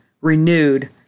renewed